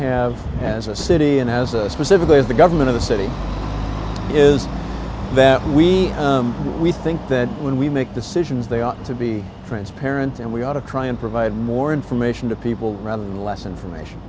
have as a city and as a specifically is the government of the city is that we we think that when we make decisions they ought to be transparent and we ought to try and provide more information to people rather than less information